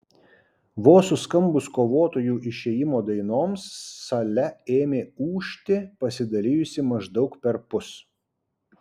vos suskambus kovotojų išėjimo dainoms sale ėmė ūžti pasidalijusi maždaug perpus